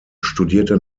studierte